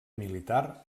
militar